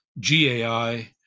GAI